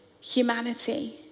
humanity